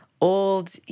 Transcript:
old